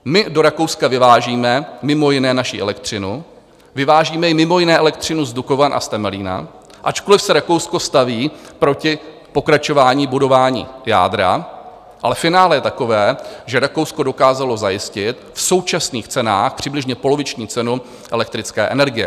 My do Rakouska vyvážíme mimo jiné naši elektřinu, vyvážíme mimo jiné elektřinu z Dukovan a z Temelína, ačkoliv se Rakousko staví proti pokračování budování jádra, ale finále je takové, že Rakousko dokázalo zajistit v současných cenách přibližně poloviční cenu elektrické energie.